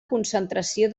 concentració